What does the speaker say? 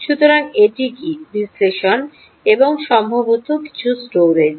সুতরাং এটি কী বিশ্লেষণ এবং সম্ভবত কিছু স্টোরেজ